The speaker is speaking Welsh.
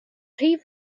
rhy